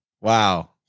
Wow